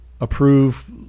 approve